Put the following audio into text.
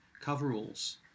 coveralls